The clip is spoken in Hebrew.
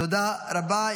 תודה רבה.